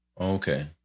Okay